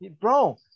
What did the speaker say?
Bro